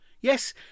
yes